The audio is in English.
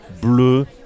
bleu